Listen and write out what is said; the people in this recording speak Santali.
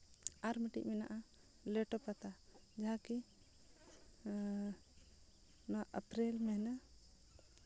ᱟᱨ ᱢᱤᱫᱴᱤᱡ ᱢᱮᱱᱟᱜᱼᱟ ᱞᱮᱴᱚ ᱯᱟᱛᱟ ᱡᱟᱦᱟᱸ ᱠᱤ ᱱᱚᱣᱟ ᱮᱯᱨᱤᱞ ᱢᱟᱹᱦᱱᱟᱹ